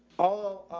ah,